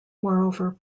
moreover